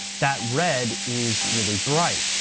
that red is really bright,